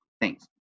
Thanks